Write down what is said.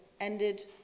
ended